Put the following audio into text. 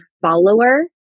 follower